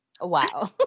wow